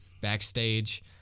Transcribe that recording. backstage